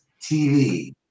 TV